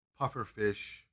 pufferfish